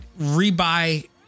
rebuy